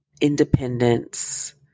independence